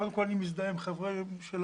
קודם כל, אני מזדהה עם חברי המחאה.